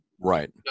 right